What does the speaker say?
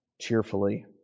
cheerfully